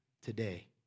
today